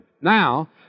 Now